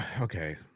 okay